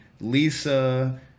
Lisa